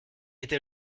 était